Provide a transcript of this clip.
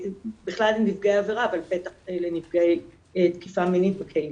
בכלל לנפגע עבירה אבל בטח לנפגעי תקיפה מינית בקהילה.